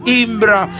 imbra